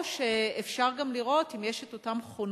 או שאפשר גם לראות, אם יש את אותם חונכים,